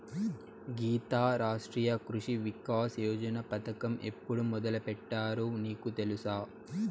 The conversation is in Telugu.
గీతా, రాష్ట్రీయ కృషి వికాస్ యోజన పథకం ఎప్పుడు మొదలుపెట్టారో నీకు తెలుసా